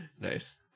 Nice